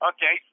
Okay